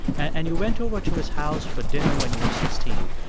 and you went over to his house for dinner when you were sixteen.